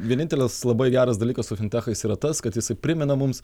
vienintelis labai geras dalykassu fintechais yra tas kad jisai primena mums